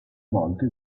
volte